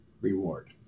reward